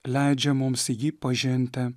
leidžia mums jį pažinti